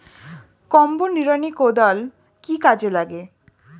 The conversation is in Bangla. কম্বো নিড়ানি কোদাল কি কাজে লাগে?